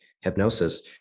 hypnosis